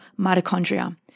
mitochondria